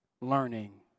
learning